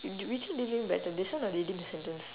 which one do you think is better this one or reading the sentence